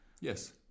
Yes